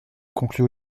conclut